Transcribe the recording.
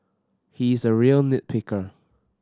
he is a real nit picker